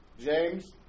James